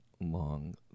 long